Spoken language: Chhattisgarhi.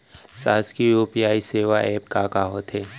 शासकीय यू.पी.आई सेवा एप का का होथे?